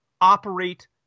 operate